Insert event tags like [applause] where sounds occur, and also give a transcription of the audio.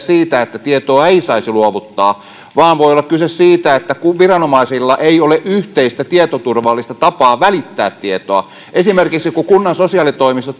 [unintelligible] siitä että tietoa ei saisi luovuttaa vaan voi olla kyse siitä että viranomaisilla ei ole yhteistä tietoturvallista tapaa välittää tietoa esimerkiksi kun kunnan sosiaalitoimisto [unintelligible]